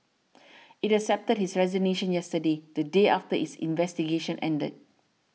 it accepted his resignation yesterday the day after its investigation ended